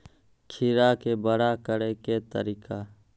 खीरा के बड़ा करे के तरीका?